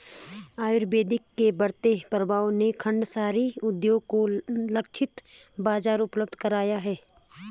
आयुर्वेद के बढ़ते प्रभाव ने खांडसारी उद्योग को लक्षित बाजार उपलब्ध कराया है